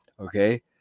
okay